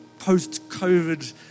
post-COVID